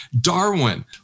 Darwin